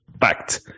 Fact